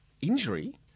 injury